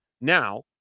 now